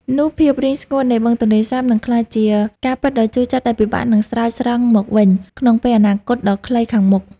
នោះភាពរីងស្ងួតនៃបឹងទន្លេសាបនឹងក្លាយជាការពិតដ៏ជូរចត់ដែលពិបាកនឹងស្រោចស្រង់មកវិញក្នុងពេលអនាគតដ៏ខ្លីខាងមុខ។